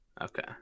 Okay